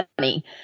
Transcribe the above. money